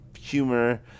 humor